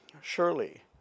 Surely